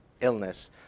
illness